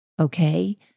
okay